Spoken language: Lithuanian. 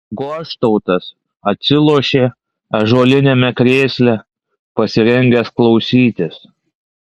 goštautas atsilošė ąžuoliniame krėsle pasirengęs klausytis